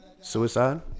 suicide